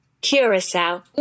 Curacao